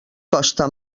costa